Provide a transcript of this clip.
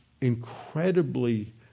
incredibly